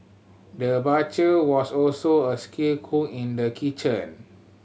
the butcher was also a skilled cook in the kitchen